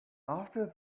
after